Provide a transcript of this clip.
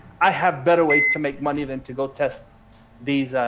i have better ways to make money than to go test these,